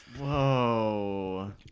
Whoa